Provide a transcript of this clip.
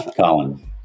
colin